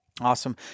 Awesome